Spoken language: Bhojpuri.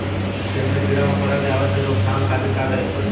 खेत मे कीड़ा मकोरा के आवे से रोके खातिर का करे के पड़ी?